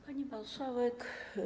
Pani Marszałek!